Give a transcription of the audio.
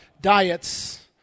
Diets